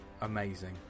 amazing